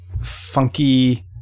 funky